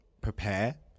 prepare